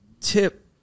Tip